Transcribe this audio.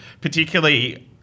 particularly